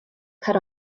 cut